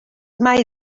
mai